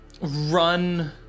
run